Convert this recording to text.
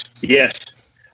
Yes